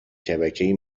شبکهای